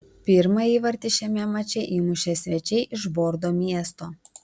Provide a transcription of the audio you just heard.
pirmą įvartį šiame mače įmušė svečiai iš bordo miesto